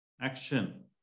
action